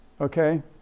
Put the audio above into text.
Okay